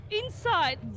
inside